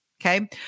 okay